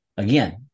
Again